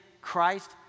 Christ